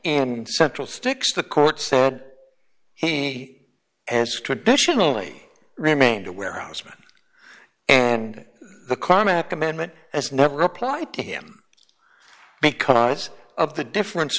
in central sticks the court said he has traditionally remained a warehouseman and the chronic amendment has never applied to him because of the difference